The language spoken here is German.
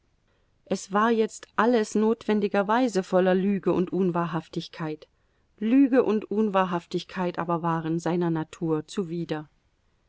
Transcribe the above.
es war jetzt alles notwendigerweise voller lüge und unwahrhaftigkeit lüge und unwahrhaftigkeit aber waren seiner natur zuwider